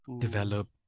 develop